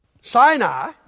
Sinai